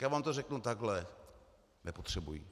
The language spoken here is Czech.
Já vám to řeknu takhle: Nepotřebují!